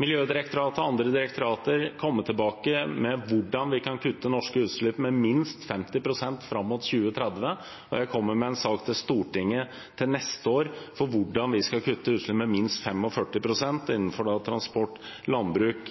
Miljødirektoratet og andre direktorater komme tilbake med hvordan vi kan kutte norske utslipp med minst 50 pst. fram mot 2030, og jeg kommer med en sak til Stortinget til neste år om hvordan vi skal kutte utslipp med minst 45 pst. innenfor transport, landbruk,